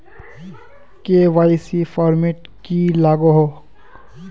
KYC format की लागोहो?